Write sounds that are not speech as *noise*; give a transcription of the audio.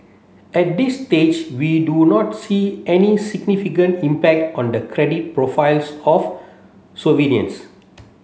at this stage we do not see any significant impact on the credit profiles of *unintelligible*